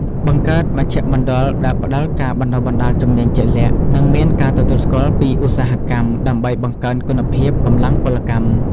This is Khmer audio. បង្កើតមជ្ឈមណ្ឌលដែលផ្តល់ការបណ្តុះបណ្តាលជំនាញជាក់លាក់ និងមានការទទួលស្គាល់ពីឧស្សាហកម្ម ដើម្បីបង្កើនគុណភាពកម្លាំងពលកម្ម។